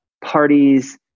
parties